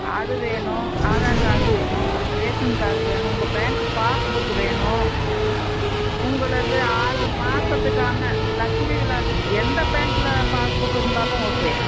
அது வேணும் ஆதார் கார்டு வேணும் ரேசன் கார்டு வேணும் உங்கள் பேங்க்கு பாஸ் புக்கு வேணும் உங்களது ஆறு மாதத்துக்கான லக்ஷ்மி விலாஸ் எந்த பேங்க்கில் பாஸ் புக் இருந்தாலும் ஓகே